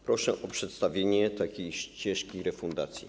Proszę o przedstawienie takiej ścieżki refundacji.